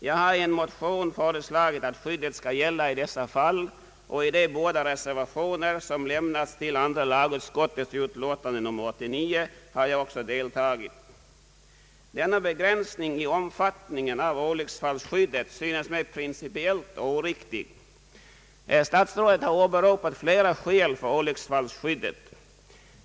Jag har i en motion föreslagit att skyddet skall gälla även i dessa fall, och i de båda reservationer som fogats till andra lagutskottets utlåtande nr 89 har jag också deltagit. Den föreslagna begränsningen i omfattningen synes mig principiellt oriktig. Statsrådet har åberopat flera skäl för olycksfallsskyddet.